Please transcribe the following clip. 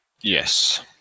Yes